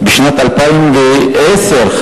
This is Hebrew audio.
ובשנת 2010,